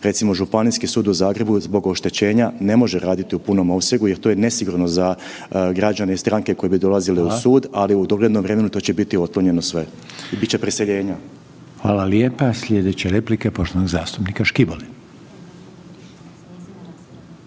recimo Županijski sud u Zagrebu zbog oštećenja ne može raditi u punom opsegu jer to je nesigurno za građane i stranke koje bi dolazile u sud, ali u dogledno vrijeme to će biti otklonjeno sve. Bit će preseljenje. **Reiner, Željko (HDZ)** Hvala lijepa. Sljedeća replika je poštovanog zastupnika Škibole.